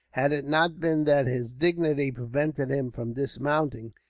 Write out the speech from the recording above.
had it not been that his dignity prevented him from dismounting,